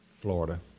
Florida